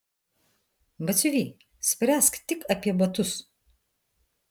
batsiuvy spręsk tik apie batus